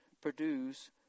produce